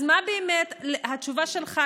אז מה באמת התשובה שלך?